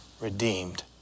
redeemed